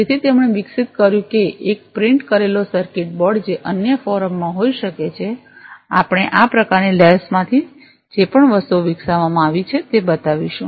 તેથી તેમણે વિકસિત કર્યું છે કે એક પ્રિંટ કરેલો સર્કિટ બોર્ડજે અન્ય ફોરમ માં હોઈ શકે છે આપણે આ પ્રકારની લેબ્સ માંથી જે પણ વસ્તુઓ વિકસાવવામાં આવી છે તે બતાવીશું